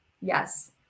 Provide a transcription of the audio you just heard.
Yes